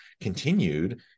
continued